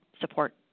support